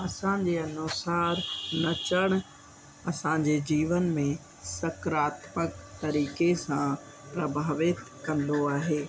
असांजे अनुसार नचणु असांजे जीवन में सकरात्मक तरीक़े सां प्रभावित कंदो आहे